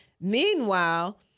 meanwhile